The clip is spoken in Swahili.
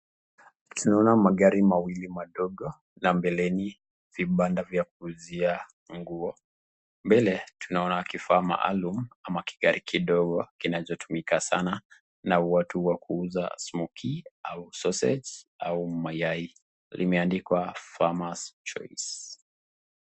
Tunaona magari mawili madogo na mbeleni vibanda vya kuuzia nguo, mbele tunaona kifaa maalum ama kigari kidogo kinachotumika sana na watu wa kuuza smokie au sausage au mayai, limeandikwa Farmers choice .